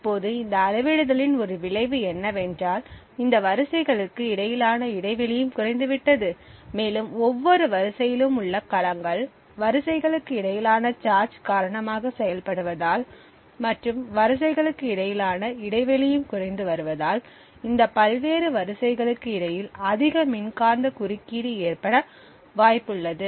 இப்போது இந்த அளவிடுதலின் ஒரு விளைவு என்னவென்றால் இந்த வரிசைகளுக்கு இடையிலான இடைவெளியும் குறைந்துவிட்டது மேலும் ஒவ்வொரு வரிசையிலும் உள்ள கலங்கள் வரிசைகளுக்கு இடையிலான சார்ஜ் காரணமாக செயல்படுவதால் மற்றும் வரிசைகளுக்கு இடையிலான இடைவெளியும் குறைந்து வருவதால் இந்த பல்வேறு வரிசைகளுக்கு இடையில் அதிக மின்காந்த குறுக்கீடு ஏற்பட வாய்ப்புள்ளது